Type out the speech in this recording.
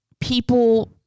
people